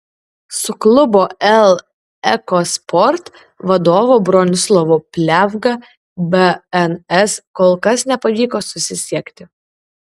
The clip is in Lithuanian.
su klubo el eko sport vadovu bronislovu pliavga bns kol kas nepavyko susisiekti